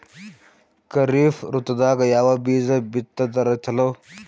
ಖರೀಫ್ ಋತದಾಗ ಯಾವ ಬೀಜ ಬಿತ್ತದರ ಚಲೋ?